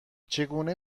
چگونه